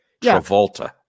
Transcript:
Travolta